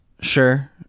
Sure